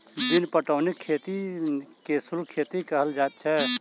बिन पटौनीक खेती के शुष्क खेती कहल जाइत छै